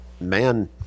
man